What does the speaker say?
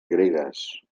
gregues